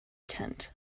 tent